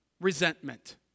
resentment